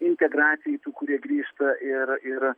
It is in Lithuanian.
integracijai tų kurie grįžta ir ir